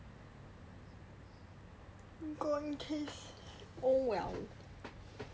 gone case oh well